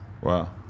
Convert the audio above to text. Wow